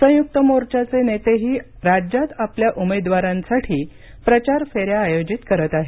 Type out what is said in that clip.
संयुक्त मोर्चाचे नेतेही राज्यात आपल्या उमेदवारांसाठी प्रचार फेऱ्या आयोजित करत आहेत